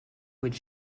would